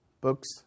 books